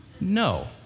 No